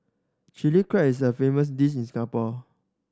Chilli Crab is a famous dish in Singapore